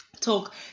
talk